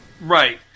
Right